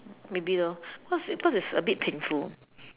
maybe lor because it's because it's a bit painful